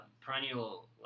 perennial